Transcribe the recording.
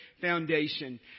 foundation